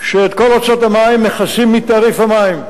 שאת כל הוצאות המים מכסים מתעריף המים.